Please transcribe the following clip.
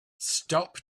stop